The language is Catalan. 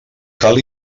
cal